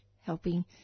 helping